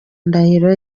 ndahiro